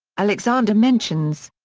alexander mentions.